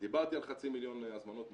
דיברתי על חצי מיליון הזמנות מושב.